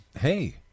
Hey